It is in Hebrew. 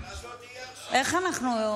ואז לא תהיה הרשעה, איך אנחנו?